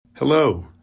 Hello